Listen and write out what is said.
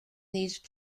these